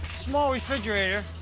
small refrigerator.